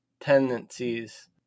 tendencies